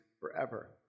forever